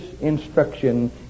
instruction